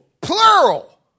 plural